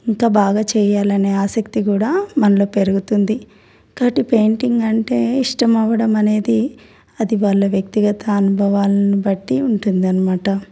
ఇంకా బాగా చేయాలనే ఆసక్తి కూడా మనలో పెరుగుతుంది కాబట్టి పెయింటింగ్ అంటే ఇష్టం అవ్వడం అనేది అది వాళ్ళ వ్యక్తిగత అనుభవాలను బట్టి ఉంటుంది అన్నమాట